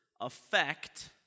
affect